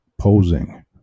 posing